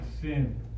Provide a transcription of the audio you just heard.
sin